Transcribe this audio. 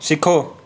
ਸਿੱਖੋ